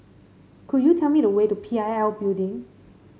could you tell me the way to P I L Building